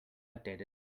outdated